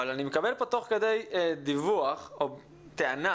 אבל אני מקבל פה תוך כדי דיווח או טענה